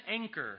anchor